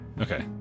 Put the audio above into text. Okay